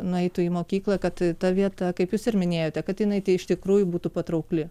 nueitų į mokyklą kad ta vieta kaip jūs ir minėjote kad jinai tai iš tikrųjų būtų patraukli